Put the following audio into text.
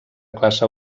classe